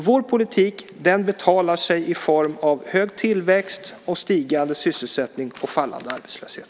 Vår politik betalar sig alltså i form av hög tillväxt, en stigande sysselsättning och en fallande arbetslöshet.